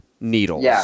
needles